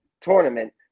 tournament